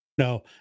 No